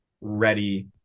ready